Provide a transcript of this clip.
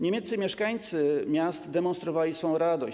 Niemieccy mieszkańcy miast demonstrowali swą radość.